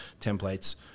templates